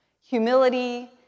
Humility